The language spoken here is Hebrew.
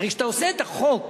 הרי כשאתה עושה את החוק,